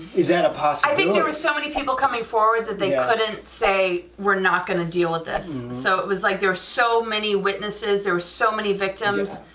is that a possibility. i think there were so many people coming forward that they couldn't say we're not going to deal with this, so it was like there are so many witnesses there were so many victims,